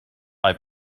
i’ve